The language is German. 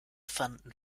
fanden